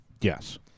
Yes